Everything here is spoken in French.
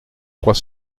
trois